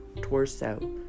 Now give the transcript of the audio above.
torso